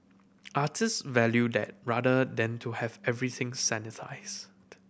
artist value that rather than to have everything sanitised